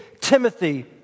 Timothy